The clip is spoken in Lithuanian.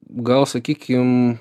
gal sakykim